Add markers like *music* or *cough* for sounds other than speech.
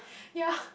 ye *breath*